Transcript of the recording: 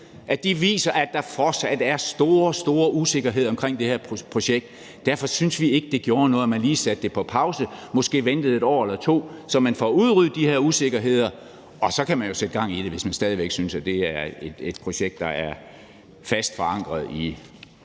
at der fortsat er store, store usikkerheder ved det her projekt. Derfor synes vi ikke, at det ville gøre noget, at man lige satte det på pause og måske ventede 1 år eller 2, så man får udryddet de her usikkerheder. Og så kan man jo sætte gang i det, hvis man stadig væk synes, at det er et projekt, der er fast forankret i